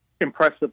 impressive